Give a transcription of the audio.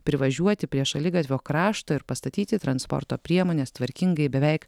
privažiuoti prie šaligatvio krašto ir pastatyti transporto priemones tvarkingai beveik